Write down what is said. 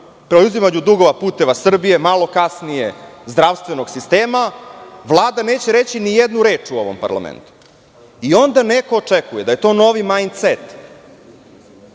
preuzimanju dugova "Puteva Srbije", malo kasnije zdravstvenog sistema, Vlada neće reći ni jednu reč u ovom parlamentu. I onda neko očekuje da je to novi "majn cet".